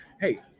hey